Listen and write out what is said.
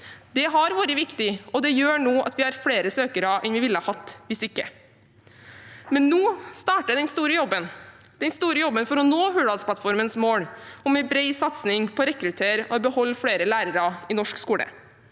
Det har vært viktig, og det gjør nå at vi har flere søkere enn vi ville ha hatt hvis ikke. Nå starter den store jobben – den store jobben for å nå Hurdalsplattformens mål om en bred satsing på å rekruttere og beholde flere lærere i norsk skole.